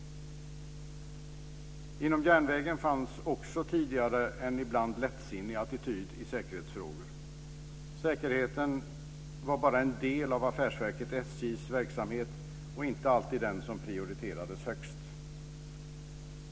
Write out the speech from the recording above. Också inom järnvägen fanns det tidigare ibland en lättsinnig attityd till säkerhetsfrågor. Säkerheten var bara en del av affärsverket SJ:s verksamhet, och inte alltid den som prioriterades högst.